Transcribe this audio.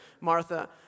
Martha